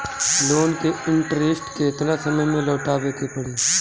Loan के interest केतना समय में लौटावे के पड़ी?